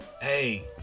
hey